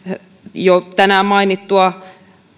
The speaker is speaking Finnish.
jo tänään mainittua